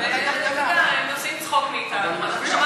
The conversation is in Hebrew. הם עושים צחוק מאתנו.